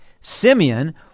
Simeon